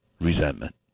resentment